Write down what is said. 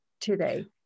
today